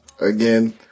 Again